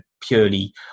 purely